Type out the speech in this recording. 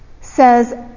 says